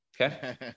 okay